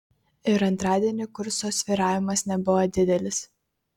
ir antradienį kurso svyravimas nebuvo didelis